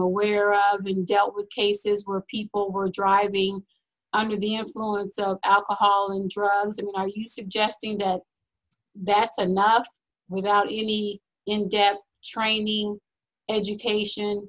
aware of when dealt with cases were people were driving under the influence of alcohol and drugs are you suggesting that that's enough without any in depth training education